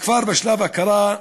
הכפר בשלב הכרה,